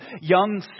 young